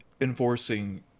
enforcing